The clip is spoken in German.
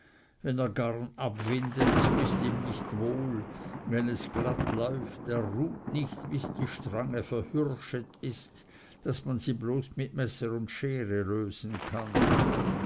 wenn er garn abwindet so ist ihm nicht wohl wenn es glatt läuft er ruht nicht bis er die strange verhürschet hat daß man sie bloß mit messer und schere lösen kann